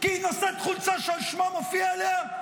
כי היא נושאת חולצה ששמו מופיע עליה,